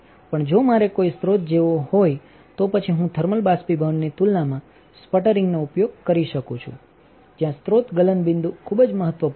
પણ જો મારે કોઈ સ્રોત જોવો હોય તો પછી હું થર્મલ બાષ્પીભવનની તુલનામાં સ્પટરિંગનો ઉપયોગ કરી શકું છુંજ્યાં સ્રોત ગલનબિંદુ ખૂબ જ મહત્વપૂર્ણ છે